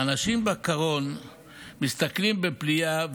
האנשים בקרון מסתכלים בפליאה,